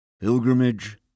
pilgrimage